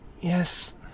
Yes